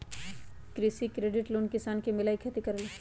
कृषि credit loan किसान के मिलहई खेती करेला?